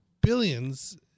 billions